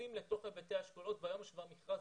נכנסים לתוך היבטי האשכולות והיום יש כבר מכרז